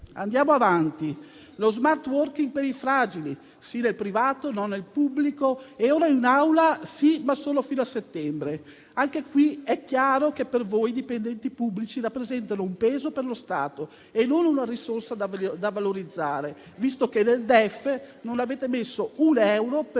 Andiamo avanti con lo *smart working* per i fragili: sì nel settore privato, no nel settore pubblico e ora, in Aula, sì, ma solo fino a settembre. Anche qui è chiaro, che per voi, i dipendenti pubblici rappresentano un peso per lo Stato e non una risorsa da valorizzare, visto che nel DEF non avete messo un euro per il rinnovo